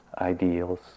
ideals